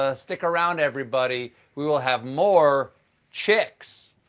ah stick around, everybody. we will have more chicks.